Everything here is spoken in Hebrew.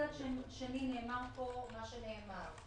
מצד שני, נאמר פה מה שנאמר.